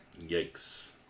Yikes